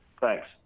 Thanks